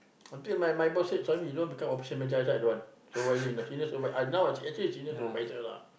until my my my boss said Suhaimi you don't become official manager I say I don't want supervisor enough senior supervisor now I actually actually the senior supervisor lah